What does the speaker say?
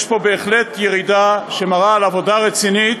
יש פה בהחלט ירידה שמראה עבודה רצינית,